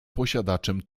posiadaczem